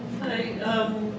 Hi